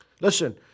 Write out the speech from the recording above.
Listen